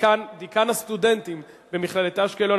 דיקן הסטודנטים במכללת אשקלון.